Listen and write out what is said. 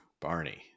Barney